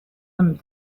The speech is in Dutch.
hem